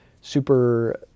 super